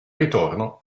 ritorno